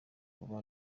kuba